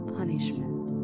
punishment